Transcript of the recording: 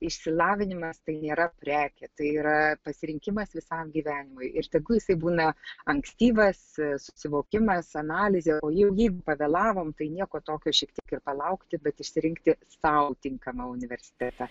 išsilavinimas tai nėra prekė tai yra pasirinkimas visam gyvenimui ir tegu jisai būna ankstyvas susivokimas analizė o jeigu ji pavėlavom tai nieko tokio šiek tiek ir palaukti bet išsirinkti sau tinkamą universitetą